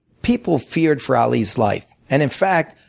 people feared for ali's life. and in fact,